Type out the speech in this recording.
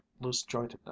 loose-jointedness